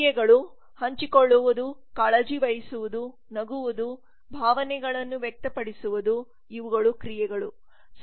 ಕ್ರಿಯೆಗಳು ಹಂಚಿಕೊಳ್ಳುವುದು ಕಾಳಜಿ ವಹಿಸುವುದು ನಗುವುದು ಭಾವನೆಗಳನ್ನು ವ್ಯಕ್ತಪಡಿಸುವುದು ಇವುಗಳು ಕ್ರಿಯೆಗಳು